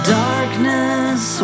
darkness